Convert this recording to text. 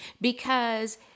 because-